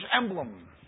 emblem